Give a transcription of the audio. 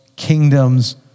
kingdoms